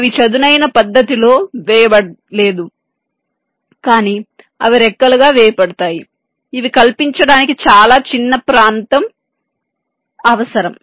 అవి చదునైన పద్ధతిలో వేయబడలేదు కాని అవి అంగెల్ గా వేయబడతాయి ఇవి కల్పించడానికి చాలా చిన్న ప్రాంతం అవసరం